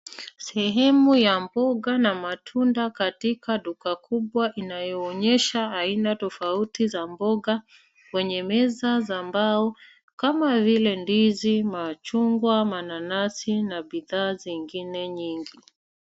Sehemu ya mboga na matunda katika duka kubwa inayoonyesha aina tofauti za mboga kwenye meza za mbao kama vile ndizi, machungwa mananasi na bidhaa zingine nyingi.